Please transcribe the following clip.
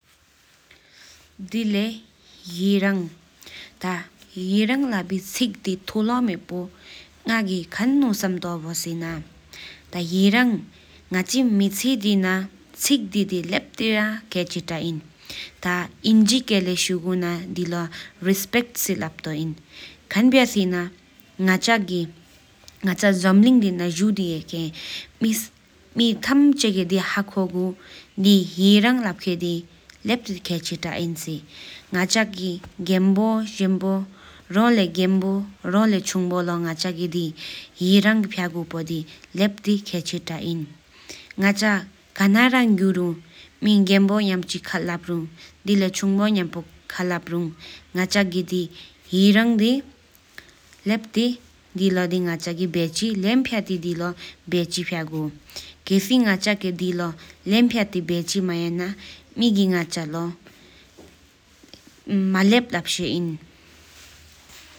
ཧེ་རང་ཐ་ཧེ་རང་ལ་བེ་ཅིག་དེ་ཐོ་ལོང་མེཔོ་ང་གི་ཁན་ནོ་སམ་ཏ་བོ་སེ་ན་ང་ཆི་མེ་ཆི་དེ་ན་ཅིག་དེ་དི་ལེ་པ་ར་ཁེ་ཅི་ཏ་ཨེན་ན། ཁན་བྱ་སེ་ན་ང་ཅ་ཇམ་གླིང་དེ་ན་འཇུ་ཁེན་མེ་ཐམ་ཆེ་གི་དི་ཧ་ཁོ་གོ་དི་ཧེ་རང་ལབ་ཁེན་དི་ལེེ་པ་ཁེ་ཆེ་ཏ་ཨིན་སེ། ང་ཆ་གི་དགེམ་བོ་རོ་ལེ་ཡི་དགེམ་བོ་རོ་ལེ་ཆུང་བོ་ལོ་ང་ཆ་གི་ཧེ་རང་ཕྱ་གོ་པོ་དི་ལེ་པ་ཁེ་ཆེ་ཏ་ཨིན། ང་ཆ་ཁ་ན་ར་འགྱུ་རུང་མེ་དགེམ་བོ་ཉམ་ཅི་ཁ་ལ་པ་རུང་དེ་ལེ་ཡ་ཆུང་བོ་ཉམ་ཅི་ཁ་ལ་པ་རུང་ང་ཆ་གི་དི་ཧེ་རང་དེ་ལོ་དི་ལེམ་ཕྱ་ཏི་བེཆེ་ཕྱ་གུ། ཁེལ་སི་ང་ཆ་གི་དེ་ལོ་ལེམ་ཕྱ་ཏི་བེཆི་མ་ཡ་ན་མེ་གི་ང་ཆ་ལོ་མ་ལེབ་ལབ་ཤེ་ཨིན་ན།